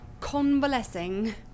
convalescing